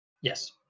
Yes